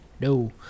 No